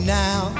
now